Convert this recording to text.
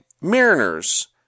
Mariners